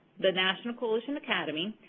the national coalition academy,